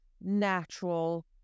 natural